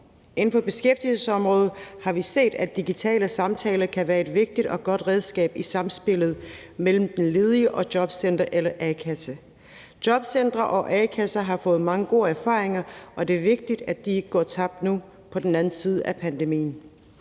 inden for beskæftigelsesområdet har vi set, at digitale samtaler kan være et vigtigt og godt redskab i samspillet mellem den ledige og jobcenteret eller a-kassen. Jobcentre og a-kasser har fået mange gode erfaringer, og det er vigtigt, at de ikke går tabt nu på den anden side af pandemien.